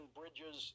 bridges